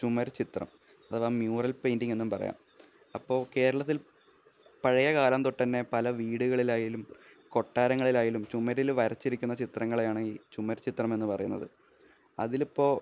ചുമര്ചിത്രം അഥവാ mural painting എന്നും പറയാം അപ്പോള് കേരളത്തില് പഴയ കാലം തൊട്ടുതന്നെ പല വീടുകളിലായാലും കൊട്ടാരങ്ങളിലായാലും ചുമരില് വരച്ചിരിക്കുന്ന ചിത്രങ്ങളെയാണ് ചുമര്ചിത്രം എന്നുപറയുന്നത് അതിലിപ്പോള്